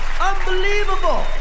Unbelievable